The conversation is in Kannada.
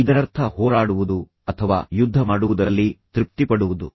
ಇದರರ್ಥ ಹೋರಾಡುವುದು ಅಥವಾ ಯುದ್ಧ ಮಾಡುವುದರಲ್ಲಿ ತೃಪ್ತಿಪಡುವುದು